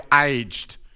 aged